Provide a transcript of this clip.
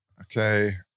okay